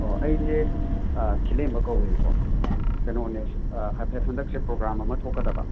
ꯑꯣ ꯑꯩꯁꯦ ꯈꯦꯂꯦꯝꯕ ꯀꯧꯋꯦꯕ ꯀꯣ ꯀꯩꯅꯣꯅꯦ ꯍꯥꯏꯐꯦꯠ ꯍꯟꯗꯛꯁꯦ ꯄ꯭ꯔꯣꯒ꯭ꯔꯥꯝ ꯑꯃ ꯊꯣꯛꯀꯗꯕ